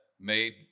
made